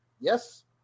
yes